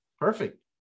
Perfect